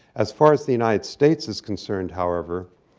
as far as the united states is concerned, however